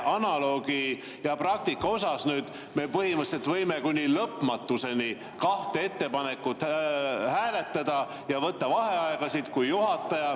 analoogi ja praktika [järgi] me põhimõtteliselt võime lõpmatuseni kaht ettepanekut hääletada ja võtta vaheaegasid, kui juhataja